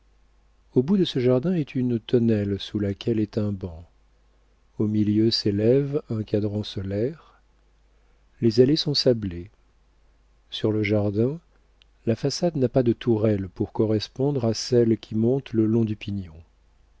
au bout de ce jardin est une tonnelle sous laquelle est un banc au milieu s'élève un cadran solaire les allées sont sablées sur le jardin la façade n'a pas de tourelle pour correspondre à celle qui monte le long du pignon